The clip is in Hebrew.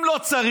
אם לא צריך,